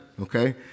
Okay